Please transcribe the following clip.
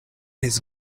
his